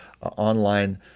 online